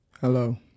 Hello